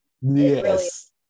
Yes